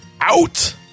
out